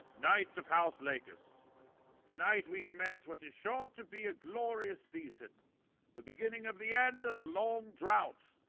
knights of house lakers tonight we commence what is sure to be a glorious season the beginning of the end of the long drought.